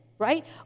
right